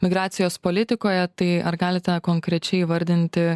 migracijos politikoje tai ar galite konkrečiai įvardinti